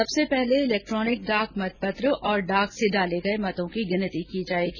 सबसे पहले इलेक्ट्रॉनिक डाक मतपत्र और डाक से डाले गए मतों की गिनती होगी